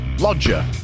lodger